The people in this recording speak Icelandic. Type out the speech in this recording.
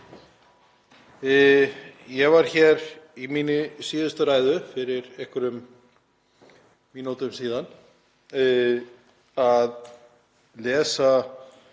Ég var hér í minni síðustu ræðu, fyrir einhverjum mínútum síðan, að lesa